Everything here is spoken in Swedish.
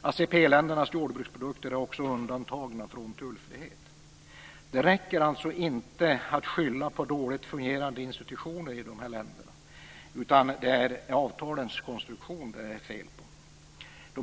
ACP ländernas jordbruksprodukter är också undantagna från tullfrihet. Det räcker alltså inte att skylla på dåligt fungerande institutioner i de här länderna. Det är avtalens konstruktion det är fel på.